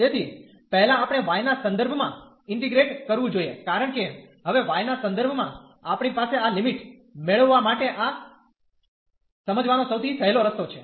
તેથી પહેલા આપણે y ના સંદર્ભમાં ઇન્ટીગ્રેટ કરવું જોઈએ કારણ કે હવે y ના સંદર્ભમાં આપણી પાસે આ લિમિટ મેળવવા માટે આ સમજવાનો સૌથી સહેલો રસ્તો છે